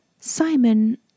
Simon